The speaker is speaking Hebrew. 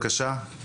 בבקשה,